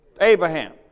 Abraham